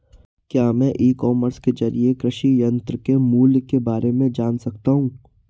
क्या मैं e commerce के ज़रिए कृषि यंत्र के मूल्य में बारे में जान सकता हूँ?